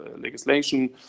legislation